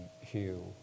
Hugh